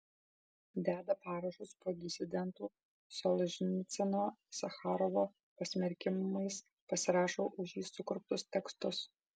deda parašus po disidentų solženicyno sacharovo pasmerkimais pasirašo už jį sukurptus tekstus